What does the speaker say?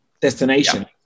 destination